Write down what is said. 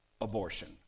abortion